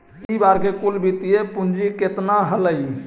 इ बार के कुल वित्तीय पूंजी केतना हलइ?